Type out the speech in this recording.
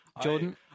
Jordan